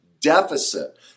deficit